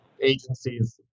Agencies